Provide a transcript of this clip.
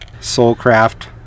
Soulcraft